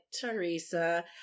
Teresa